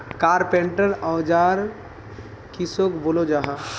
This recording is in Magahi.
कारपेंटर औजार किसोक बोलो जाहा?